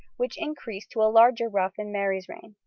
which increased to a larger ruff in mary's reign.